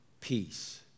peace